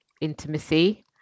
intimacy